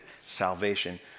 salvation